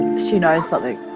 she knows something.